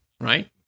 right